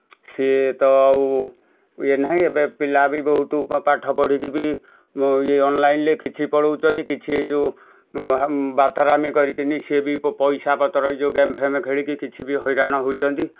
ସିଏ ତ ଆଉ ଇଏ ନାହିଁ ଏବେ ପିଲା ବି ବହୁତ ପାଠ ପଢ଼ିକି ବି ଇଏ ଅନ୍ଲାଇନ୍ରେ କିଛି ପଳାଉଛନ୍ତି କିଛି ଏଇ ଯେଉଁ ବାତାରାମି କରିକି ସେ ବି ପଇସା ପତ୍ର ଇଏ ଯେଉଁ ଗେମ୍ଫେମ୍ ଖେଳିକି କିଛି ବି ହଇରାଣ ହେଉଛନ୍ତି